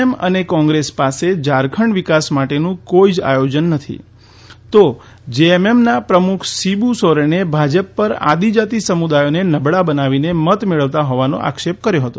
એમ અને કોંગ્રેસ પાસે ઝારખંડ વિકાસ માટેનું કોઇ જ આયોજન નથી તો જેએમએમ ના પ્રમુખ શીબુ સોરેને ભાજપ પર આદિજાતી સમુદાયોને નબળા બનાવીને મત મેળવતા હોવાનો આક્ષેપ કર્યો હતો